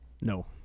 No